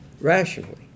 rationally